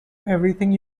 everything